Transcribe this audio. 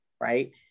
right